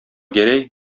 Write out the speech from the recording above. гәрәй